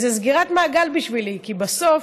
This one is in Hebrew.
זו סגירת מעגל בשבילי, כי בסוף,